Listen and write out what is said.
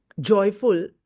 joyful